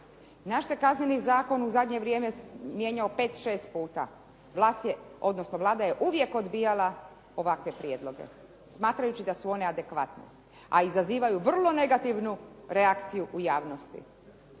Naš se Kazneni zakon u zadnje vrijeme mijenjao pet, šest puta. Vlast je, odnosno Vlada je uvijek odbijala ovakve prijedloge smatrajući da su one adekvatne, a izazivaju vrlo negativnu reakciju u javnosti.